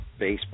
Facebook